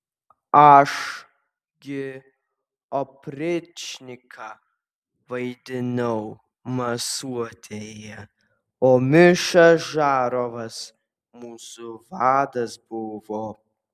aš gi opričniką vaidinau masuotėje o miša žarovas mūsų vadas buvo